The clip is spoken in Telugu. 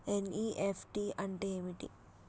ఎన్.ఇ.ఎఫ్.టి అంటే ఏంటిది?